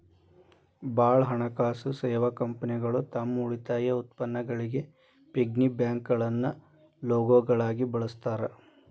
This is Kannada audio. ಭಾಳ್ ಹಣಕಾಸು ಸೇವಾ ಕಂಪನಿಗಳು ತಮ್ ಉಳಿತಾಯ ಉತ್ಪನ್ನಗಳಿಗಿ ಪಿಗ್ಗಿ ಬ್ಯಾಂಕ್ಗಳನ್ನ ಲೋಗೋಗಳಾಗಿ ಬಳಸ್ತಾರ